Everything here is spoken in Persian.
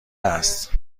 است